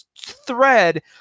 thread